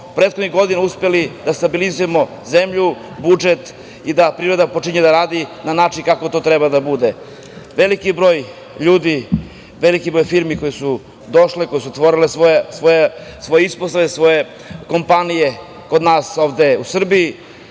prethodnih godina uspeli da stabilizujemo zemlju, budžet i da privreda počinje da radi na način kako to treba da bude. Veliki broj ljudi, veliki broj firme koje su došle, koje su otvorile svoje ispostave, svoje kompanije kod nas ovde u Srbiji,